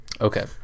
Okay